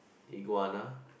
iguana